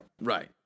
Right